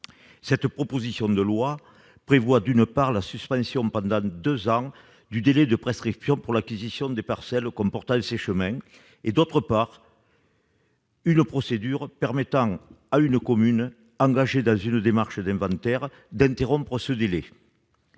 Cette proposition de loi prévoit, d'une part, la suspension pendant deux ans du délai de prescription pour l'acquisition des parcelles comportant ces chemins et, d'autre part, une procédure permettant à une commune engagée dans une démarche d'inventaire d'interrompre ce délai.